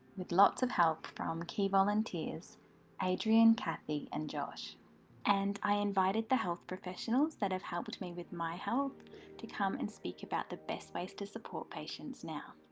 with lots of help from key volunteers adrienne, kathy, and josh and i invited the health professionals that have helped me with my health to come and speak about the best ways to support patients now.